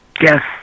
Yes